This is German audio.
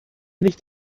nicht